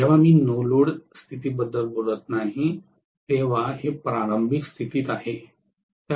जेव्हा मी no load स्थितीबद्दल बोलत नाही तेव्हा हे प्रारंभिक स्थितीत आहे